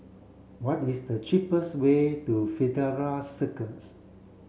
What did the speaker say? what is the cheapest way to Fidelio Circus